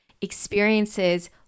experiences